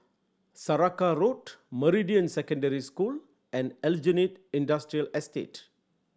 Saraca Road Meridian Secondary School and Aljunied Industrial Estate